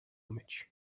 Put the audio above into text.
myć